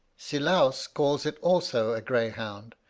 silaus calls it also a greyhound,